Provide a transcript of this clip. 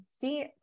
See